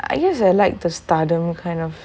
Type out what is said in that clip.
I just uh like the stardom kind of